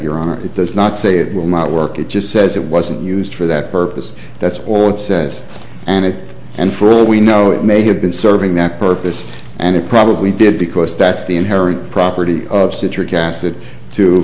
you're on it it does not say it will not work it just says it wasn't used for that purpose that's all it says and it and for all we know it may have been serving that purpose and it probably did because that's the inherent property of citric acid to